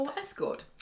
escort